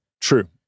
True